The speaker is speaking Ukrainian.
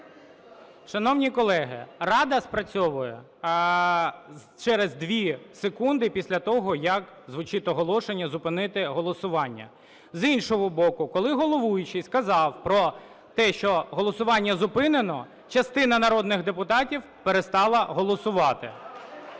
Шановні колеги, "Рада" спрацьовує через 2 секунди після того, як звучить оголошення зупинити голосування. З іншого боку, коли головуючий сказав про те, що голосування зупинено, частина народних депутатів перестала голосувати